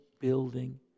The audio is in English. building